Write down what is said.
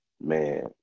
Man